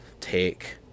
take